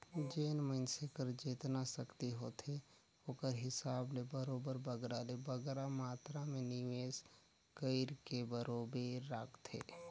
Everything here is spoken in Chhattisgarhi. जेन मइनसे कर जेतना सक्ति होथे ओकर हिसाब ले बरोबेर बगरा ले बगरा मातरा में निवेस कइरके बरोबेर राखथे